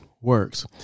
works